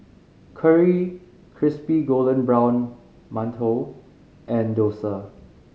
curry crispy golden brown mantou and dosa